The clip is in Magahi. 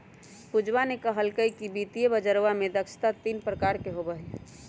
पूजवा ने कहल कई कि वित्तीय बजरवा में दक्षता तीन प्रकार के होबा हई